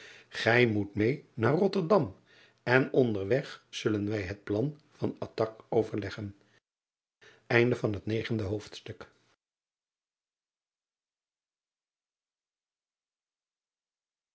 ij moet meê naar otterdam en onderweg zullen wij het plan van attaque overleggen iende hoofdstuk